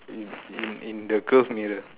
in in in the curve mirror